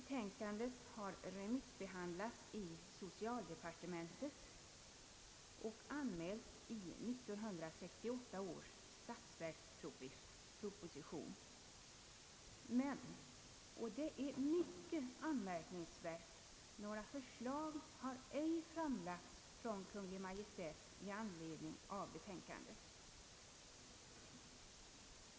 Betänkandet har remissbehandlats i socialdepartementet och anmälts i 1968 års statsverksproposition. Men — och detta finner jag mycket anmärkningsvärt — några förslag i anledning av betänkandet har inte framlagts av Kungl. Maj:t.